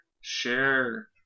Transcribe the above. share